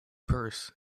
purse